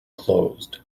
closed